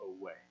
away